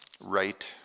right